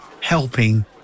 helping